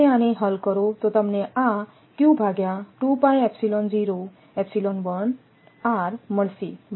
જો તમે આને હલ કરો તો તમને તે આ મળશે